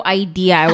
idea